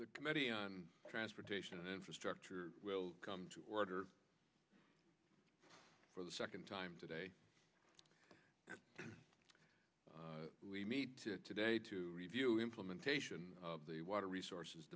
the committee on transportation and infrastructure will come to order for the second time today we meet today to review implementation of the water resources